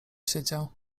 siedział